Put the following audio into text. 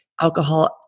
alcohol